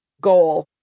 goal